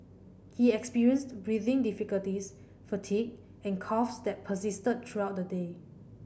he experienced breathing difficulties fatigue and coughs that persisted throughout the day